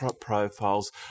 profiles